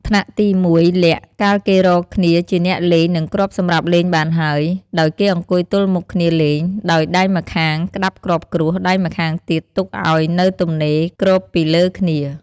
ថ្នាក់ទី ១ លាក់ កាលគេរកគ្នាជាអ្នកលេង និងគ្រាប់សម្រាប់លេងបានហើយ ដោយគេអង្គុយទល់មុខគ្នាលេង ដោយ ដៃម្ខាងក្តាប់គ្រាប់គ្រួស ដៃម្ខាងទៀតទុកឲ្យនៅទំនេរគ្របពីលើគ្នា។